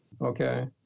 Okay